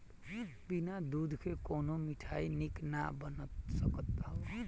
बिना दूध के कवनो मिठाई निक ना बन सकत हअ